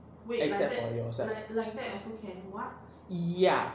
except for yourself ya